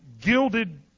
gilded